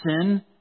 Sin